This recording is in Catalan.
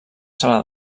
sala